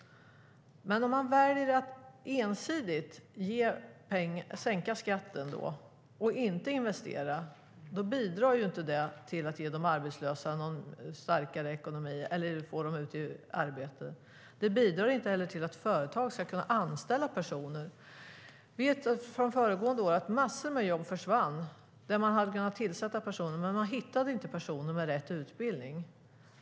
Men om man väljer att ensidigt sänka skatten och inte investera bidrar det inte till att ge de arbetslösa någon starkare ekonomi eller till att få ut dem i arbete. Det bidrar inte heller till att företag ska kunna anställa personer. Vi vet att förra året försvann massor av jobbmöjligheter. Man hade kunnat anställa, men man hittade inte personer med rätt utbildning.